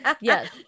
Yes